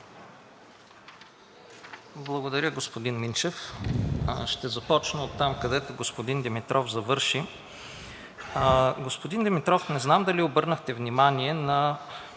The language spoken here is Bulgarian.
Благодаря, господин Минчев. Ще започна оттам, където господин Димитров завърши. Господин Димитров, не знам дали обърнахте внимание на